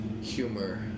humor